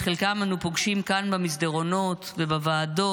שאת חלקם אנו פוגשים כאן במסדרונות ובוועדות,